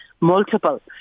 multiple